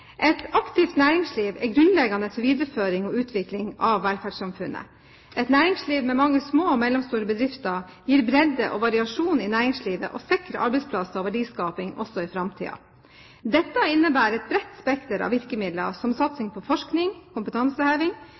Et aktivt næringsliv er grunnleggende for videreføring og utvikling av velferdssamfunnet. Et næringsliv med mange små og mellomstore bedrifter gir bredde og variasjon i næringslivet, og sikrer arbeidsplasser og verdiskaping også i framtiden. Dette innebærer et bredt spekter av virkemidler, som satsing på forskning og kompetanseheving,